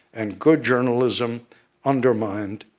and good journalism undermined,